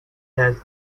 has